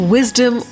Wisdom